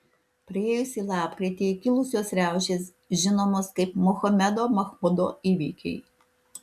praėjusį lapkritį kilusios riaušės žinomos kaip mohamedo mahmudo įvykiai